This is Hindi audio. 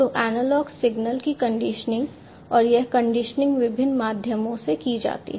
तो एनालॉग सिग्नल की कंडीशनिंग और यह कंडीशनिंग विभिन्न माध्यमों से की जाती है